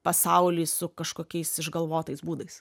pasaulį su kažkokiais išgalvotais būdais